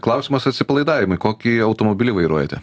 klausimas atsipalaidavimui kokį automobilį vairuojate